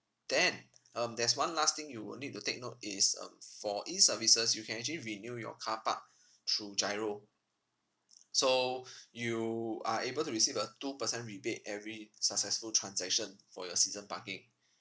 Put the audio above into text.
then um there's one last thing you will need to take note is um for E services you can actually renew your car park through GIRO so you are able to receive a two percent rebate every successful transaction for your season parking